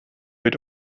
had